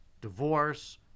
divorce